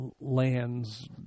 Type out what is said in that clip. lands